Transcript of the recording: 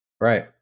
Right